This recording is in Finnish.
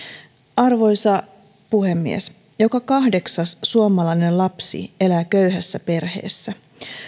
arvoisa puhemies joka kahdeksas suomalainen lapsi elää köyhässä perheessä